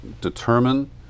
determine